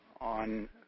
on